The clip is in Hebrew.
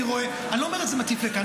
אני לא אומר את זה ומטיף כאן,